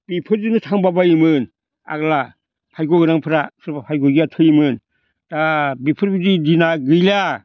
बिफोरजोंनो थांबायबायोमोन आग्ला भाग्य' गोनांफ्रा सोरबा भाग्य' गैयिया थैयोमोन दा बेफोरबादि दिना गैला